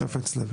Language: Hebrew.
בחפץ לב.